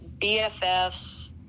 BFF's